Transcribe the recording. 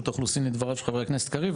האוכלוסין לדבריו של חבר הכנסת גלעד קריב,